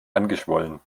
angeschwollen